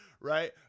Right